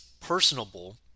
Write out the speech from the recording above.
personable